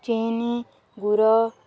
ଚିନି ଗୁୁଡ଼